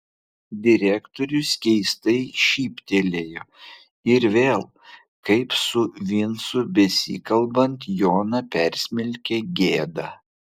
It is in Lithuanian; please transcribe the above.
direktorius keistai šyptelėjo ir vėl kaip su vincu besikalbant joną persmelkė gėda